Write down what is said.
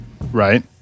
Right